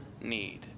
need